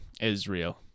israel